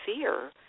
fear